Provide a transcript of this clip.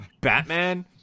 Batman